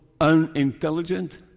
unintelligent